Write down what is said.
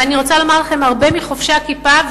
ואני רוצה לומר לכם: הרבה מחובשי הכיפה,